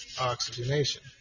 oxygenation